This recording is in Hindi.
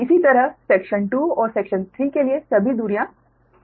इसी तरह सेक्शन 2 और सेक्शन 3 के लिए सभी दूरियां चिह्नित हैं